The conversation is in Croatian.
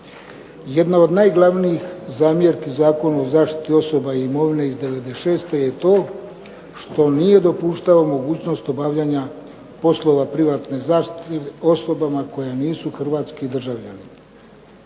Jedna od najglavnijih zamjerki Zakonu o zaštiti osoba i imovine iz '96. je to što nije dopuštao mogućnost obavljanja poslova privatne zaštite osobama koje nisu hrvatski državljani.